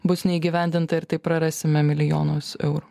bus neįgyvendinta ir taip prarasime milijonus eurų